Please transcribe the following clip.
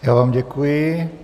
Já vám děkuji.